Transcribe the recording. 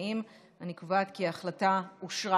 הצעת ועדת החוקה,